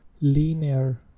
linear